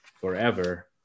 forever